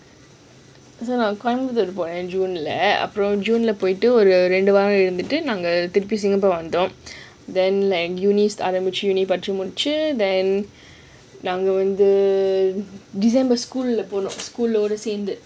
கோயம்பத்தூர் போனோம்:koyambathoor ponom june அப்பறம் ரெண்டு வாரம் இருந்துட்டு வந்துட்டம்:apparam rendu waaram irunthuttu wanthuttam